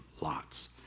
lots